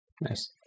Nice